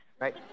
right